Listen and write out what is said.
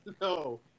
no